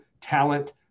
talent